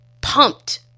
pumped